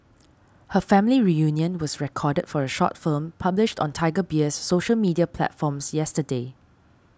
her family reunion was recorded for a short film published on Tiger Beer's social media platforms yesterday